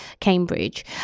Cambridge